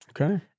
Okay